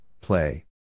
play